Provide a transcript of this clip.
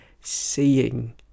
seeing